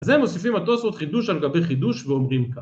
‫אז הם מוסיפים התוספות חידוש ‫על גבי חידוש ואומרים כך.